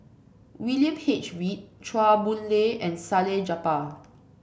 William H Read Chua Boon Lay and Salleh Japar